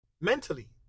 mentally